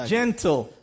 Gentle